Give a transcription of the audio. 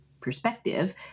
perspective